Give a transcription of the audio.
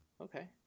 Okay